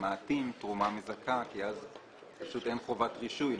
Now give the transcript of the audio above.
ממעטים תרומה מזכה כי אז פשוט אין חובת רישוי.